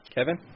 Kevin